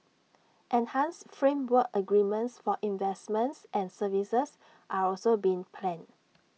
enhanced framework agreements for investments and services are also being planned